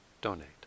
donate